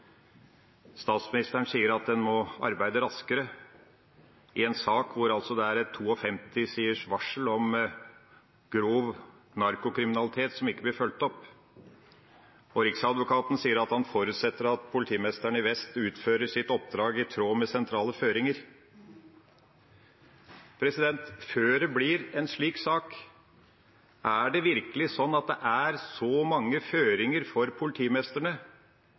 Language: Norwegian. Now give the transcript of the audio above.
Statsministeren sier at en må arbeide raskere i en sak med et 52-siders varsel om grov narkotikakriminalitet som ikke blir fulgt opp. Riksadvokaten sier han forutsetter at politimesteren i vest utfører sitt oppdrag i tråd med sentrale føringer. Før det blir en slik sak – er det virkelig slik at det er så mange føringer for politimesterne